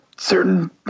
Certain